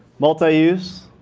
multi-use.